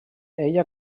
ella